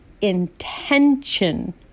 intention